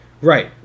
Right